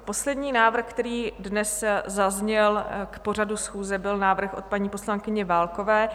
Poslední návrh, který dnes zazněl k pořadu schůze, byl návrh od paní poslankyně Válkové.